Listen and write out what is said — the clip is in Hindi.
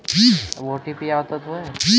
सबसे अच्छा ट्रैक्टर कौन सी कम्पनी का है?